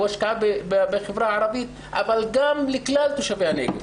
היא השקעה בחברה הערבית אבל גם בכלל תושבי הנגב,